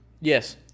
Yes